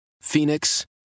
Phoenix